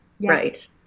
right